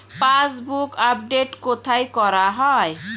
Passbook update কোথায় করা হয়?